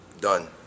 Done